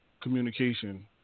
communication